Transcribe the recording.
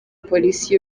polisi